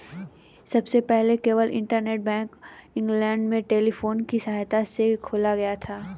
सबसे पहले केवल इंटरनेट बैंक इंग्लैंड में टेलीफोन की सहायता से खोला गया